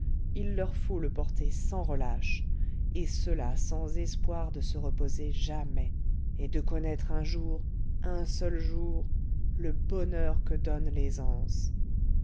il leur faut le porter sans relâche et cela sans espoir de se reposer jamais et de connaître un jour un seul jour le bonheur que donne